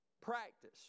practice